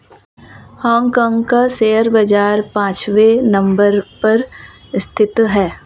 Hong Kong का share बाजार पांचवे नम्बर पर स्थित है